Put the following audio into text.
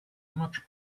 much